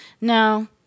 No